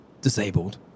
disabled